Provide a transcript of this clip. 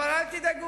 אבל אל תדאגו,